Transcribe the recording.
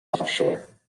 offshore